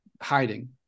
hiding